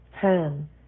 pen